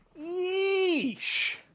Yeesh